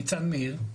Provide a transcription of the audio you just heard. ניצן מאיר,